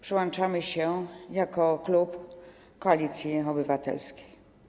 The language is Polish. Przyłączamy się jako klub Koalicji Obywatelskiej.